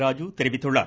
ராஜு தெரிவித்துள்ளார்